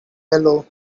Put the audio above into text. yellow